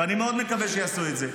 ואני מאוד מקווה שיעשו את זה.